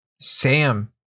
sam